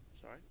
sorry